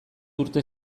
urte